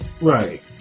Right